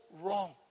wrong